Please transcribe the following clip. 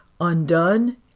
undone